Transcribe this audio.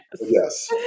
Yes